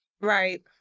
Right